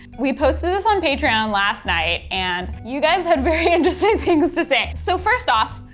we posted this on patreon last night, and you guys had very interesting things to say. so first off,